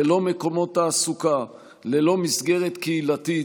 ללא מקומות תעסוקה, ללא מסגרת קהילתית,